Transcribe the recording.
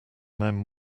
men